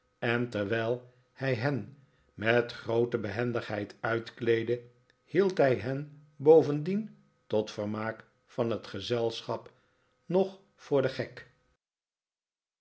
en terwijl hij hen met groote behendigheid uitkleedde hield hij hen bovendien tot vermaak van het gezelschap nog vobr den gek